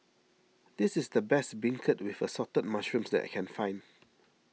this is the best Beancurd with Assorted Mushrooms that I can find